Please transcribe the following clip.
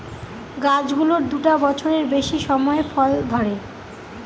গাছ গুলোর দুটা বছরের বেশি সময় পরে ফল ধরে